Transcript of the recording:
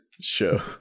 show